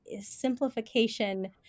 simplification